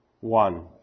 one